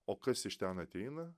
o kas iš ten ateina